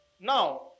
Now